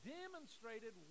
demonstrated